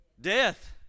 death